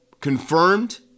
confirmed